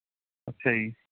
ਅੱਛਾ ਜੀ